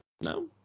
No